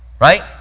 right